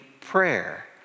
prayer